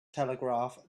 telegraph